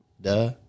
duh